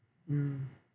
mm